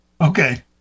Okay